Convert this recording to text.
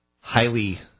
highly